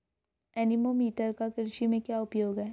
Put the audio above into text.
Anemometer का कृषि में क्या उपयोग है?